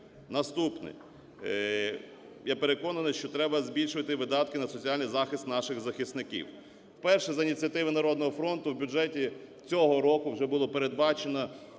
Наступне. Я переконаний, що треба збільшувати видатки на соціальний захист наших захисників. Вперше за ініціативи "Народного фронту" в бюджеті цього року вже було передбачено